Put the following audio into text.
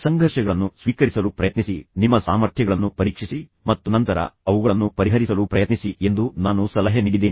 ಸಂಘರ್ಷಗಳನ್ನು ಸ್ವೀಕರಿಸಲು ಪ್ರಯತ್ನಿಸಿ ನಿಮ್ಮ ಸಾಮರ್ಥ್ಯಗಳನ್ನು ಪರೀಕ್ಷಿಸಿ ಮತ್ತು ನಂತರ ಅವುಗಳನ್ನು ಪರಿಹರಿಸಲು ಪ್ರಯತ್ನಿಸಿ ಎಂದು ನಾನು ಸಲಹೆ ನೀಡಿದ್ದೇನೆ